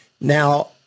Now